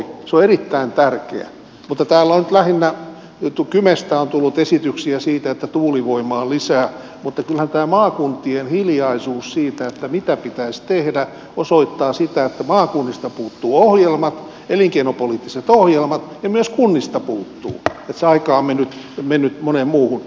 se on erittäin tärkeä mutta täällä on nyt lähinnä kymestä tullut esityksiä siitä että tuulivoimaa lisää mutta kyllähän tämä maakuntien hiljaisuus siitä mitä pitäisi tehdä osoittaa sitä että maakunnista puuttuvat ohjelmat elinkeinopoliittiset ohjelmat ja myös kunnista ne puuttuvat että se aika on mennyt moneen muuhun